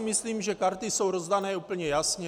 Myslím, že karty jsou rozdány úplně jasně.